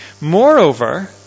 Moreover